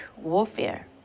warfare